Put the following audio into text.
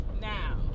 Now